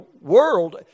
world